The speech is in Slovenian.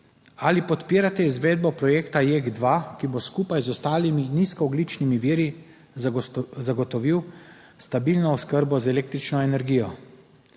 Ali podpirate izvedbo projekta JEK2, ki bo skupaj z ostalimi nizkoogljičnimi viri zagotovil stabilno oskrbo z električno energijo?